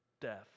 death